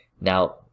Now